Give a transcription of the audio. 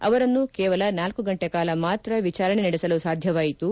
ಅವರನ್ನು ಕೇವಲ ನಾಲ್ಲು ಗಂಟೆ ಕಾಲ ಮಾತ್ರ ವಿಚರಣೆ ನಡೆಸಲು ಸಾಧ್ಯವಾಯಿತು